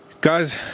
guys